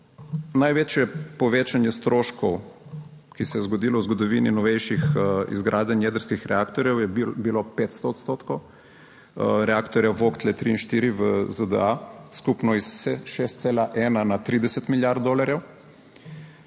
Največje povečanje stroškov, ki se je zgodilo v zgodovini novejših izgradenj jedrskih reaktorjev, je bilo 500 odstotkov reaktorjev Vogtle 3, 4 v ZDA, skupno s 6,1 na 30 milijard dolarjev.